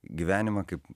gyvenimą kaip